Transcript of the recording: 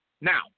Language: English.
Now